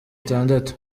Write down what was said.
itandatu